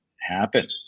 happen